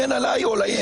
אתה מגן עליי או עליהם?